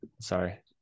Sorry